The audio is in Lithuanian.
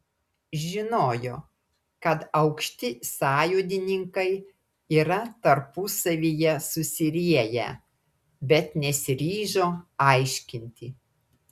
žinojo kad aukšti sąjūdininkai yra tarpusavyje susirieję bet nesiryžo aiškinti